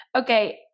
okay